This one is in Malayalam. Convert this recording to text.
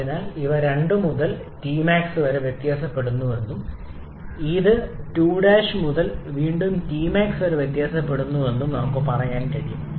അതിനാൽ ഇവ 2 മുതൽ Tmax വരെ വ്യത്യാസപ്പെടുന്നുവെന്നും ഇത് 2 മുതൽ വീണ്ടും Tmax വരെ വ്യത്യാസപ്പെടുന്നുവെന്നും നമുക്ക് പറയാൻ കഴിയും